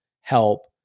help